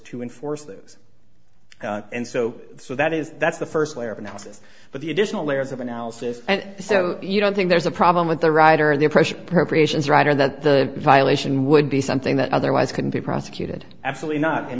to enforce those and so so that is that's the first layer of analysis but the additional layers of analysis and so you don't think there's a problem with the right or the oppression appropriations right or that the violation would be something that otherwise can be prosecuted absolutely not and